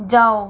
जाओ